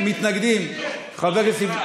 מתנגדים: חבר הכנסת, לא הוספת